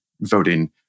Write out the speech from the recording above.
voting